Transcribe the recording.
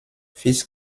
fils